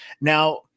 now